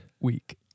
Week